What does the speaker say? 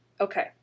Okay